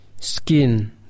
skin